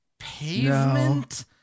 pavement